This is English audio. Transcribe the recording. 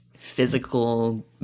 physical